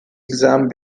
exams